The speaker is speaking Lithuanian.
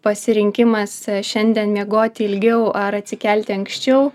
pasirinkimas šiandien miegoti ilgiau ar atsikelti anksčiau